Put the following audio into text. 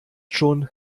schon